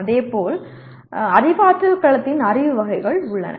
இதேபோல் அறிவாற்றல் களத்தில் அறிவு வகைகள் உள்ளன